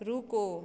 रुको